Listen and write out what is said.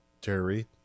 Terry